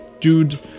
dude